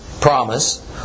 promise